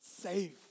safe